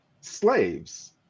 slaves